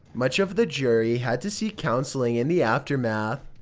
much of the jury had to seek counseling in the aftermath,